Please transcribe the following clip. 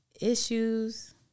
issues